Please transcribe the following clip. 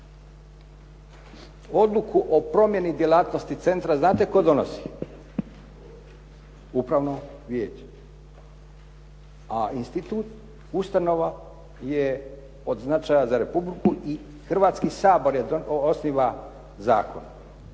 Odluku o promijeni djelatnosti centra znate tko donosi? Upravno vijeće. A institut, ustanova je od značaja za Republiku i Hrvatski sabor je osniva zakon,